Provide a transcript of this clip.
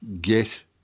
get